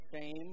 shame